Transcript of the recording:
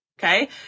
Okay